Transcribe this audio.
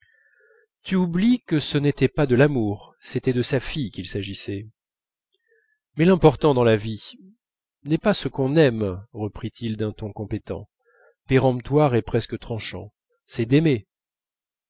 tu oublies que ce n'était pas de l'amour c'était de sa fille qu'il s'agissait mais l'important dans la vie n'est pas ce qu'on aime reprit-il d'un ton compétent péremptoire et presque tranchant c'est d'aimer